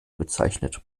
bezeichnet